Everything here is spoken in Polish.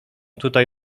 tutaj